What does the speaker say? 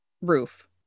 roof